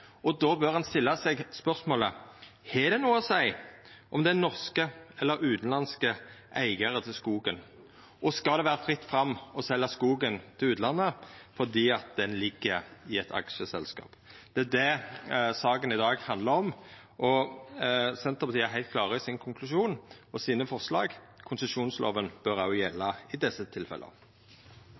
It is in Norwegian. seia om det er norske eller utanlandske eigarar til skogen, og skal det vera fritt fram å selja skogen til utlandet fordi han ligg i eit aksjeselskap? Det er det saka i dag handlar om, og Senterpartiet er heilt klar i sin konklusjon og i sine forslag: Konsesjonsloven bør òg gjelda i desse tilfella.